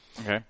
Okay